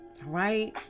right